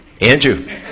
Andrew